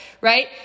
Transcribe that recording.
Right